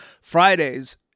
Fridays